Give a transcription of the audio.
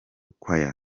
choir